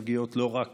מגיעות לא רק